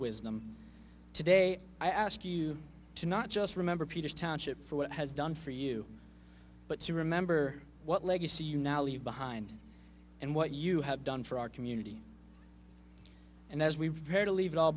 wisdom today i ask you to not just remember peter township for what has done for you but to remember what legacy you now you behind and what you have done for our community and as we bear to leave it all